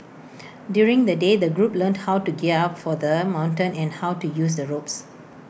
during the day the group learnt how to gear up for the mountain and how to use the ropes